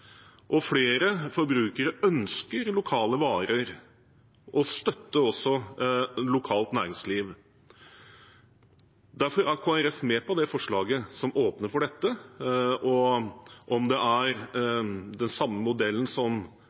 og flere forbrukere ønsker lokale varer og støtter også lokalt næringsliv. Derfor er Kristelig Folkeparti med på det forslaget som åpner for dette. Om det er den samme modellen som